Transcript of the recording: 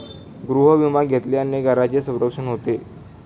गृहविमा घेतल्याने घराचे संरक्षण होते